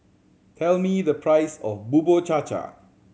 tell me the price of Bubur Cha Cha